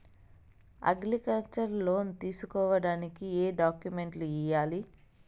Agriculture loan తీసుకోడానికి ఏం డాక్యుమెంట్లు ఇయ్యాలి?